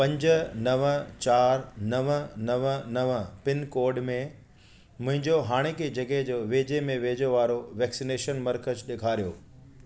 पंज नव चारि नव नव नव पिनकोड में मुंहिंजो हाणोकी जॻह जे वेझो में वेझो वारो वैक्सनेशन मर्कज़ ॾेखारियो